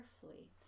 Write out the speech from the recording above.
carefully